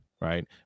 right